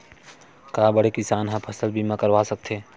का बड़े किसान ह फसल बीमा करवा सकथे?